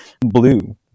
Blue